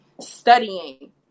studying